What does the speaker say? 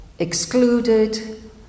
Excluded